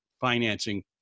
financing